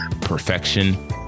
perfection